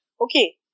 Okay